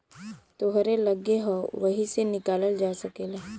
तोहरे लग्गे हौ वही से निकालल जा सकेला